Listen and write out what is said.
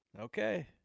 Okay